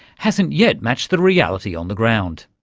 hasn't yet matched the reality on the ground.